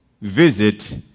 visit